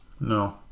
No